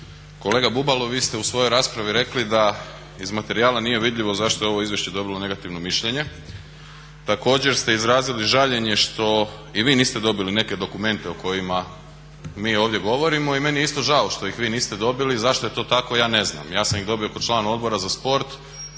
Kolega Bubalo vi ste u svojoj raspravi rekli da iz materijala nije vidljivo zašto je ovo izvješće dobilo negativno mišljenje. Također ste izrazili žaljenje što i vi niste dobili neke dokumente o kojima mi ovdje govorimo i meni je isto žao što ih vi niste dobili. Zašto je to tako? Ja ne znam. Ja sam ih dobio kao član Odbora za sport